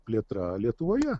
plėtra lietuvoje